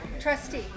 trustee